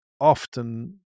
often